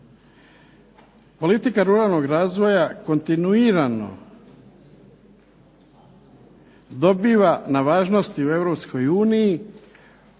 Politika ruralnog razvoja kontinuirano dobiva na važnosti u EU,